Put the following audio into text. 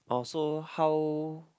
oh so how